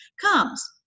comes